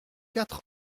quatre